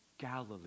Galilee